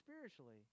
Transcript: spiritually